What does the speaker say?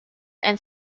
and